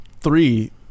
three